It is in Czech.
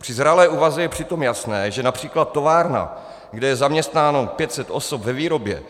Při zralé úvaze je přitom jasné, že například továrna, kde je zaměstnáno 500 osob ve výrobě